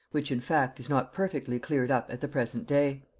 which, in fact, is not perfectly cleared up at the present day.